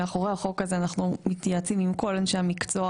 מאחורי החוק הזה אנחנו מתייעצים עם כל אנשי המקצוע,